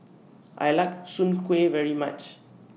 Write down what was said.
I like Soon Kway very much